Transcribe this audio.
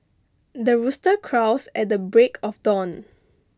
the rooster crows at the break of dawn